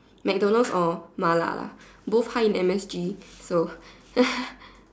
McDonalds or mala lah both high in M_S_G so